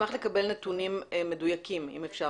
לקבל נתונים מדויקים, אם אפשר.